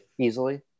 easily